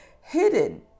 Hidden